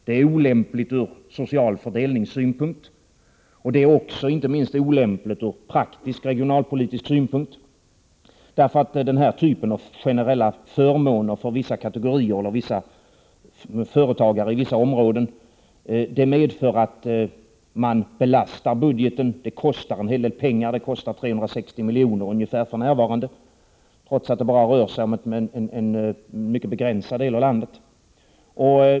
Det är olämpligt ur social fördelningssynpunkt, och det är inte minst olämpligt ur praktisk regionalpolitisk synpunkt, därför att denna typ av generella förmåner för företagare i vissa områden medför att budgeten belastas. Det kostar en hel del pengar, för närvarande ca 360 milj.kr., trots att det bara rör sig om en mycket begränsad del av landet.